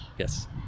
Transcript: Yes